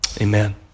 amen